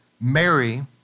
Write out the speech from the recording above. Mary